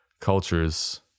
cultures